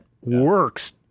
works